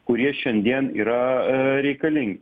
kurie šiandien yra reikalingi